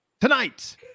tonight